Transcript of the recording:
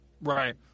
Right